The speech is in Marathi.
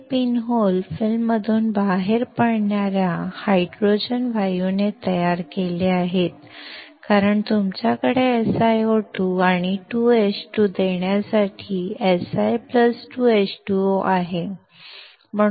हे पिन होल फिल्ममधून बाहेर पडणाऱ्या हायड्रोजन वायूने तयार केले आहेत कारण तुमच्याकडे SiO2 आणि 2H2 देण्यासाठी Si 2H2O आहे